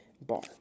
Bar